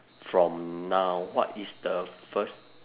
from now what is the first